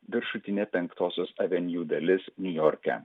viršutinė penktosios aveniu dalis niujorke